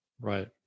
Right